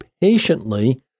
patiently